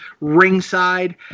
ringside